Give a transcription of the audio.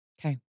Okay